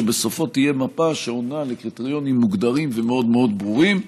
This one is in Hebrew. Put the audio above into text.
ובסופו תהיה מפה שעונה על קריטריונים מוגדרים ומאוד מאוד ברורים.